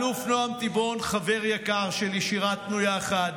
האלוף נועם תיבון חבר יקר שלי, שירתנו יחד.